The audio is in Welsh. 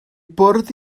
bwrdd